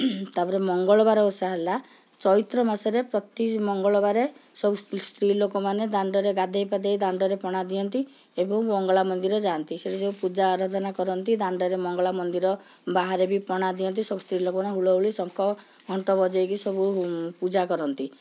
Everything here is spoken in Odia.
ତା'ପରେ ମଙ୍ଗଳବାର ଓଷା ଚୈତ୍ର ମାସରେ ପ୍ରତି ମଙ୍ଗଳବାରରେ ସବୁ ସ୍ତ୍ରୀ ଲୋକମାନେ ଦାଣ୍ଡରେ ଗାଧୋଇପାଧୋଇ ଦାଣ୍ଡରେ ପଣା ଦିଅନ୍ତି ଏବଂ ମଙ୍ଗଳା ମନ୍ଦିର ଯାଆନ୍ତି ପୂଜା ଆରାଧନା କରନ୍ତି ଦାଣ୍ଡରେ ମଙ୍ଗଳା ମନ୍ଦିର ବାହାରେ ବି ପଣା ଦିଅନ୍ତି ସବୁ ସ୍ତ୍ରୀ ଲୋକମାନେ ହୁଳହୁଳି ଶଙ୍ଖ ଘଣ୍ଟ ବଜେଇ ସବୁ ପୂଜା କରନ୍ତି